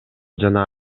жана